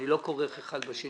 אני לא כורך אחד בשני,